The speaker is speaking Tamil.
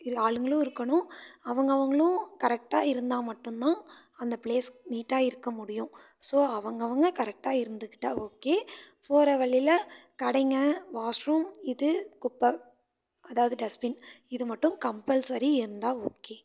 இரு ஆளுங்களும் இருக்கணும் அவங்கவுங்களும் கரெக்டாக இருந்தால் மட்டும் தான் அந்த ப்ளேஸ் நீட்டாக இருக்க முடியும் ஸோ அவங்கவங்க கரெக்டாக இருந்துக்கிட்டால் ஓகே போகிற வழியில கடைங்கள் வாஷ் ரூம் இது குப்பை அதாவது டஸ்பின் இது மட்டும் கம்பல்சரி இருந்தால் ஓகே